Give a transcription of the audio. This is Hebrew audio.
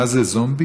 מה זה זומבי?